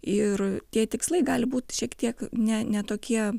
ir tie tikslai gali būt šiek tiek ne ne tokie